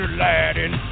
Aladdin